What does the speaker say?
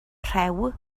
rhew